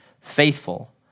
faithful